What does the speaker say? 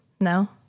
No